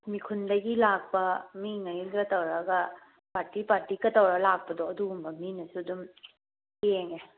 ꯃꯤꯈꯨꯟꯗꯒꯤ ꯂꯥꯛꯄ ꯃꯤ ꯃꯈꯩꯒ ꯇꯧꯔꯒ ꯄꯥꯔꯇꯤ ꯄꯥꯔꯇꯤꯒ ꯇꯧꯔꯒ ꯂꯥꯛꯄꯗꯣ ꯑꯗꯨꯒꯨꯝꯕ ꯃꯤꯅꯁꯨ ꯑꯗꯨꯝ ꯌꯦꯡꯉꯦ